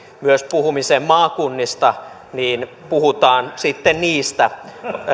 myös puhumisen maakunnista niin puhutaan sitten niistä